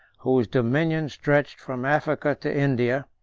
whose dominion stretched from africa to india,